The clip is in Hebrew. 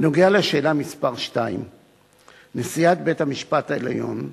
2. נשיאת בית-המשפט העליון,